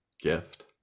Gift